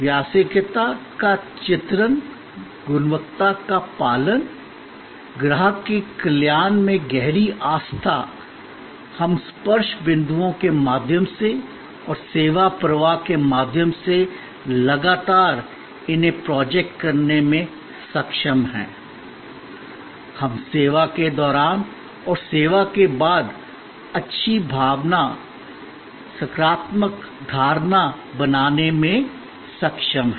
व्यावसायिकता का चित्रण गुणवत्ता का पालन ग्राहक के कल्याण में गहरी आस्था हम स्पर्श बिंदुओं के माध्यम से और सेवा प्रवाह के माध्यम से लगातार इन्हे प्रोजेक्ट करने में सक्षम हैं हम सेवा के दौरान और सेवा के बाद अच्छी भावना सकारात्मक धारणा बनाने में सक्षम हैं